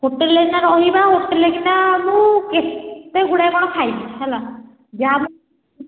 ହୋଟେଲ୍ରେ ନା ରହିବା ହୋଟେଲ୍ରେ କି ନା ମୁଁ କେତେ ଗୁଡ଼ାଏ କ'ଣ ଖାଇବି ହେଲା ଯାହା